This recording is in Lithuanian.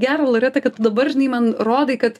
gera loreta kad tu dabar žinai man rodai kad